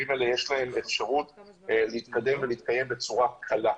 האלה יש אפשרות להתקדם ולהתקיים בצורה קלה.